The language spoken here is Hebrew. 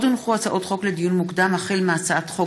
לדיון מוקדם החל בהצעת חוק